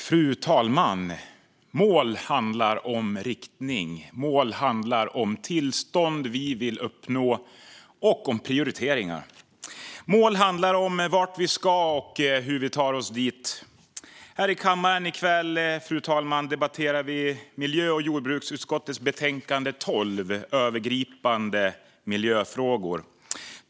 Fru talman! Mål handlar om riktning, om tillstånd vi vill uppnå och om prioriteringar. Mål handlar om vart vi ska och hur vi tar oss dit. Här i kammaren i kväll debatterar vi miljö och jordbruksutskottets betänkande 12, Övergripande miljöfrågor .